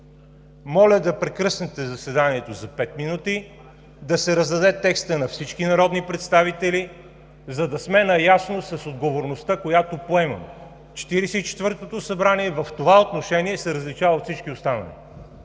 Моля да прекъснете заседанието за пет минути – да се раздаде текстът на всички народни представители, за да сме наясно с отговорността, която поемаме. Четиридесет и четвъртото събрание в това отношение се различава от всички останали.